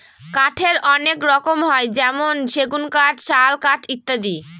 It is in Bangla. কাঠের অনেক রকম হয় যেমন সেগুন কাঠ, শাল কাঠ ইত্যাদি